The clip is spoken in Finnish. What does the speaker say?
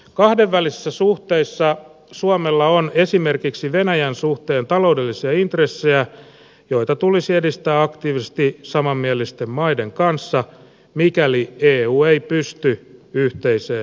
kahdenvälisissä suhteissa suomella on esimerkiksi venäjän suhteen taloudellisia intressejä joita tulisi edistää aktiivisesti samanmielisten maiden kanssa mikäli eu ei pysty yhteiseen toimintaan